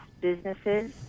businesses